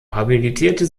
habilitierte